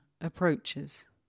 approaches